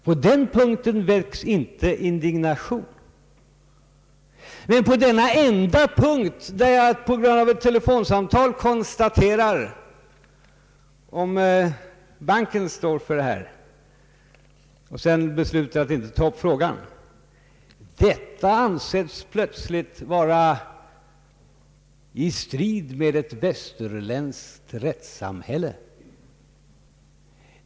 På den punkten väcks inte indignation. Men på denna enda punkt, där jag genom ett telefonsamtal informerar mig om huruvida banken står för detta uttalande och sedan beslutar att inte ta upp frågan, anser man plötsligt att mitt handlingssätt strider mot ett västerländskt rättssamhälle.